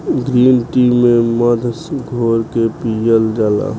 green tea में मध घोर के पियल जाला